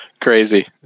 crazy